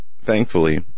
thankfully